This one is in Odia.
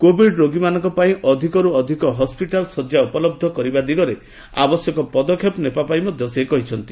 କୋଭିଡ ରୋଗୀମାନଙ୍କ ପାଇଁ ଅଧିକରୁ ଅଧିକ ହସ୍ପିଟାଲ ଶଯ୍ୟା ଉପଲବ୍ଧ କରିବା ଦିଗରେ ଆବଶ୍ୟକ ପଦକ୍ଷେପ ନେବା ପାଇଁ ମଧ୍ୟ ସେ କହିଥିଲେ